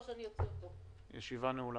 הישיבה ננעלה